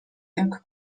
jak